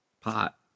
Pot